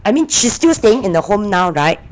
I mean she's still staying in the home now [right]